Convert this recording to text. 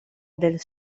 del